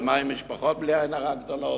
אבל מה עם משפחות שהן בלי עין הרע גדולות?